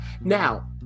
Now